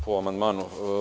Po amandmanu.